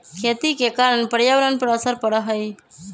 खेती के कारण पर्यावरण पर असर पड़ा हई